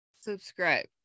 subscribe